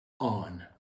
On